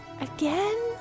again